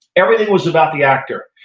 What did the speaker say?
everything was about the actor.